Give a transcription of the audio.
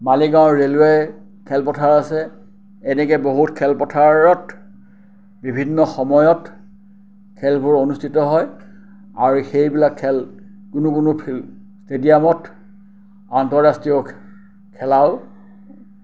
Maligaon railway খেলপথাৰ আছে এনেকে বহুত খেলপথাৰত বিভিন্ন সময়ত খেলবোৰ অনুষ্ঠিত হয় আৰু সেইবিলাক খেল কোনো কোনো ফিল ষ্টেডিয়ামত আন্তৰাষ্ট্ৰীয় খেলাও